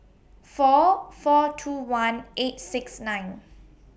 four four two one eight six nine